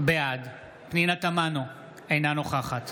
בעד פנינה תמנו, אינה נוכחת